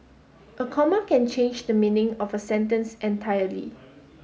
a comma can change the meaning of a sentence entirely